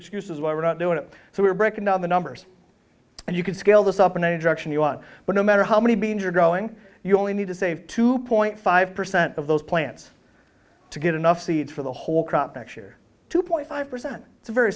excuses why we're not doing it so we're breaking down the numbers and you can scale this up in any direction you want but no matter how many be injured growing you only need to save two point five percent of those plants to get enough seeds for the whole crop next year two point five percent it's a very